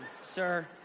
sir